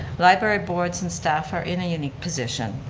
library boards and staff are in a unique position.